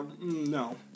No